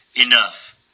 enough